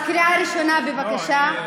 אז קריאה ראשונה, בבקשה.